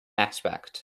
aspect